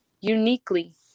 Uniquely